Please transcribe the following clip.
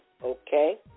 Okay